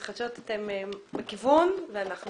בהתחדשות אתם בכיוון ואנחנו